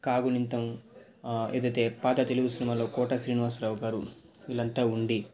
క గుణింతం ఏది అయితే పాత తెలుగు సినిమాలో కోట శ్రీనివాసరావు గారు వీళ్ళు అంతా ఉండి ఇలా